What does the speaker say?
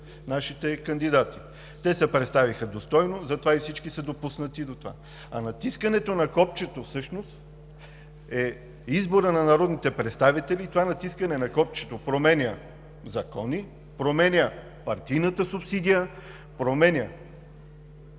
нашите кандидати. Те се представиха достойно, затова и всички са допуснати до това. Натискането на копчето всъщност е изборът на народните представители. Това натискане на копчето променя закони, променя партийната субсидия, променя